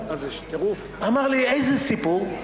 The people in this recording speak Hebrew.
אמר לי: איזה סיפור?